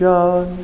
John